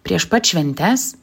prieš pat šventes